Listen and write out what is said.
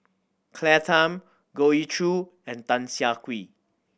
Claire Tham Goh Ee Choo and Tan Siah Kwee